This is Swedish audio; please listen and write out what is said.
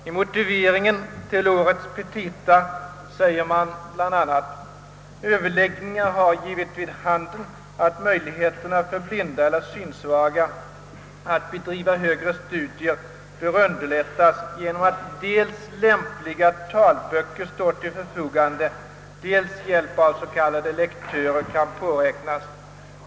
I motiveringen till årets petita anför universitetskanslersämbetet bl.a. följande: »Överläggningar har givit vid handen att möjligheterna för blinda eller syn svaga att bedriva högre studier bör underlättas genom att dels lämpliga talböcker står till förfogande, dels hjälp av s.k. lektörer kan påräknas.